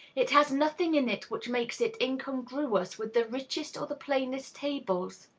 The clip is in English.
it has nothing in it which makes it incongruous with the richest or the plainest tables.